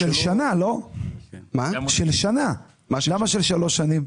של שנה לא, למה של שלוש שנים?